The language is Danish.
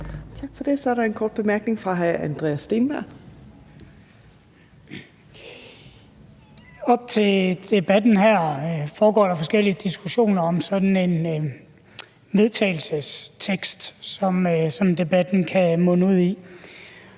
Tak for det. Så er der en kort bemærkning fra hr. Andreas Steenberg. Kl. 14:32 Andreas Steenberg (RV): Op til debatten her foregår der forskellige diskussioner om sådan et forslag til vedtagelsestekst, som debatten kan munde ud i.